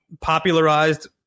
popularized